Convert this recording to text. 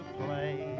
play